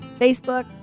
Facebook